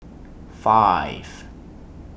five